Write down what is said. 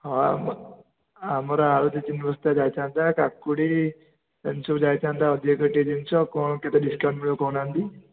ହଁ ଆମର ଆମର ଆଳୁ ଦି ତିନି ବସ୍ତା ଯାଇଥାନ୍ତା କାକୁଡ଼ି ଏମିତି ସବୁ ଯାଇଥାନ୍ତା ଅଧିକ କରି ଟିକେ ଜିନିଷ କ'ଣ କେତେ ଡିସ୍କାଉଣ୍ଟ୍ ମିଳିବ କହୁନାହାନ୍ତି